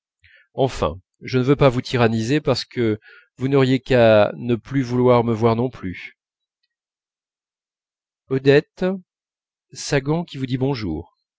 enfin je ne veux pas vous tyranniser parce que vous n'auriez qu'à ne plus vouloir me voir non plus odette sagan qui vous dit bonjour